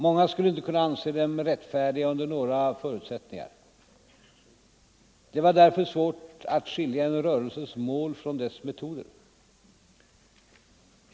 Många skulle inte kunna anse dem rättfärdiga under några förutsättningar. Det var därför svårt att skilja en rörelses mål från dess metoder.